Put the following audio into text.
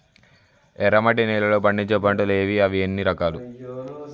ఎర్రమట్టి నేలలో పండించే పంటలు ఏవి? అవి ఎన్ని రకాలు?